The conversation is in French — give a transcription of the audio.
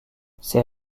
ses